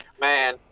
Man